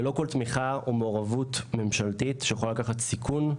ללא כל תמיכה ומעורבות ממשלתית שיכולה לקחת סיכון,